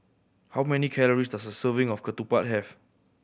how many calories does a serving of ketupat have